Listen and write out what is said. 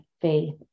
faith